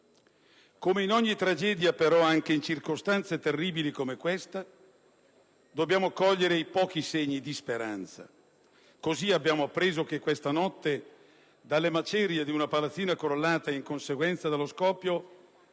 Come in ogni tragedia, però, anche in circostanze terribili come questa, dobbiamo cogliere i pochi segni di speranza: così, abbiamo appreso che questa notte, dalle macerie di una palazzina crollata in conseguenza dello scoppio,